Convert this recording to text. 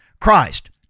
Christ